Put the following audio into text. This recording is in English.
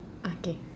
okay